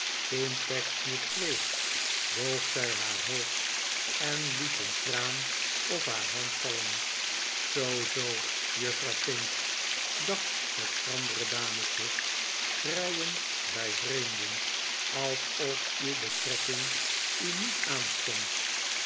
toen pecksniff zweeg boog zij haar hoofd en het een traan op zijn hand vallen zoo zoo juffrouw pinch dacht het schrandere dametje schreien bij vreemden alsof uw betrekking u niet aanstond